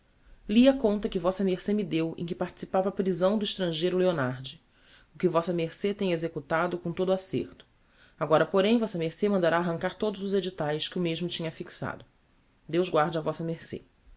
a conta que vm ce me deu em que me participava a prisão do estrangeiro leonardi o que vm ce tem executado com todo o acerto agora porém vm ce mandará arrancar todos os editaes que o mesmo tinha afixado deus guarde a